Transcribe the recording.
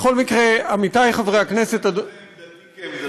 בכל מקרה, עמיתי חברי הכנסת, בעניין הזה